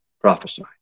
prophesy